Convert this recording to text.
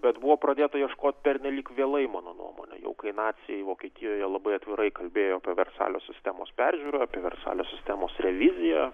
bet buvo pradėta ieškoti pernelyg vėlai mano nuomone jau kai naciai vokietijoje labai atvirai kalbėjo apie versalio sistemos peržiūrą apie versalio sistemos reviziją